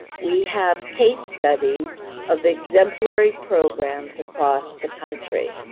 we have case studies of exemplary programs across the country.